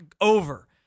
over